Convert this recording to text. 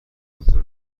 کنترل